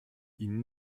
ihnen